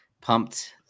pumped